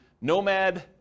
Nomad